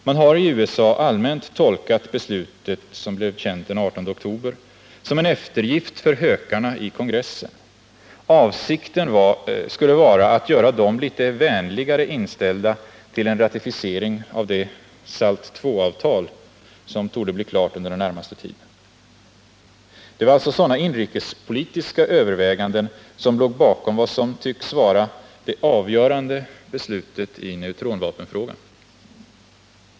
Man har i USA allmänt tolkat beslutet, som blev känt den 18 oktober, som en eftergift för hökarna i kongressen. Avsikten skulle vara att göra dem litet vänligare inställda till en ratificering av det SALT II-avtal som torde bli klart under den närmaste tiden. Det var alltså sådana inrikespolitiska överväganden som låg bakom vad som tycks vara det avgörande beslutet i neutronvapenfrågan.